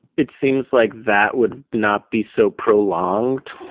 it seems like that would not be so prolonged.